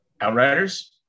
Outriders